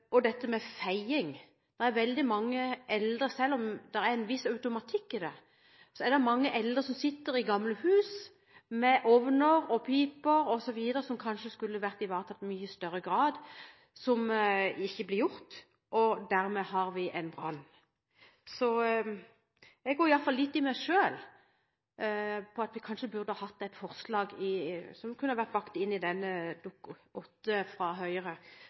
og også feiing. Selv om det er en viss automatikk i det, er det mange eldre som sitter i gamle hus med ovner og piper som kanskje i mye større grad skulle vært ivaretatt, men som ikke er det, og dermed kan vi få en brann. Jeg går i alle fall litt i meg selv når det gjelder at vi kanskje burde fremmet et forslag som kunne vært bakt inn i dette Dokument 8-forslaget fra Høyre,